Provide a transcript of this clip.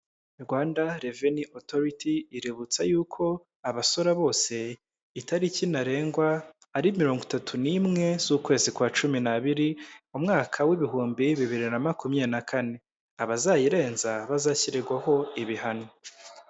Rwanda Reveni otoriti iributsa y'uko abasora bose itariki ntarengwa ari mirongo itatu n'imwe z'ukwezi kwa cumi n'abiri mu mwaka w'ibihumbi bibiri na makumyabiri na kane, abazayirenza bazashyirirwaho ibihano.